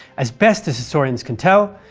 as best as historians can tell,